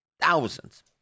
thousands